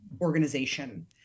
organization